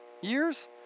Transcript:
years